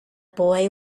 boy